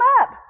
up